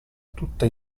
tutta